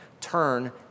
Turn